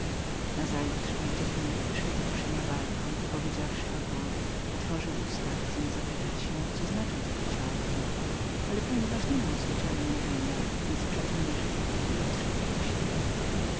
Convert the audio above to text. takie same kociołki nazajutrz mój ojciec wyszedłszy na balkon i powiedziawszy agour otworzył usta chcąc zapytać się co znaczyły te kociołki ale ponieważ nie miał zwyczaju mówienia nic przeto nie rzekł i odszedł do siebie